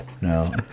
No